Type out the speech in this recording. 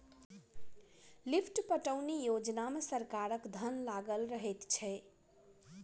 lift पटौनी योजना मे सरकारक धन लागल रहैत छै